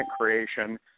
creation